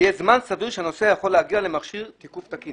שיהיה זמן סביר שבמהלכו הנוסע יכול להגיע למכשיר תיקוף תקין.